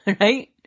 right